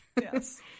yes